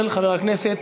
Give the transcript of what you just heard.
של חבר הכנסת